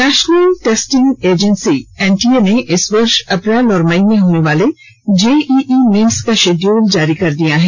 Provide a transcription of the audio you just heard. national testing agency NTA ने इस वर्ष अप्रैल और मई में होनेवाले जेईई मेन्स का शिड्यूल जारी कर दिया है